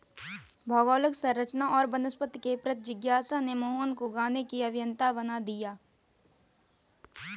भौगोलिक संरचना और वनस्पति के प्रति जिज्ञासा ने मोहन को गाने की अभियंता बना दिया